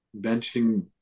benching